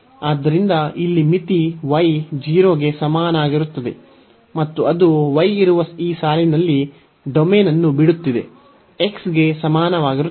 ಆದ್ದರಿಂದ ಇಲ್ಲಿ ಮಿತಿ y 0 ಗೆ ಸಮನಾಗಿರುತ್ತದೆ ಮತ್ತು ಅದು y ಇರುವ ಈ ಸಾಲಿನಲ್ಲಿ ಡೊಮೇನ್ ಅನ್ನು ಬಿಡುತ್ತಿದೆ x ಗೆ ಸಮಾನವಾಗಿರುತ್ತದೆ